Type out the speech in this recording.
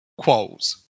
quals